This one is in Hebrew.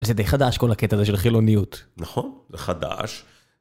זה די חדש כל הקטע הזה של חילוניות. נכון, זה חדש.